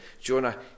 Jonah